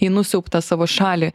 į nusiaubtą savo šalį